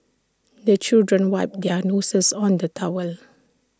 the children wipe their noses on the towel